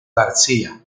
garcía